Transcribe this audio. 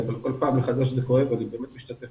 אבל כל פעם מחדש זה כואב ואני באמת משתתף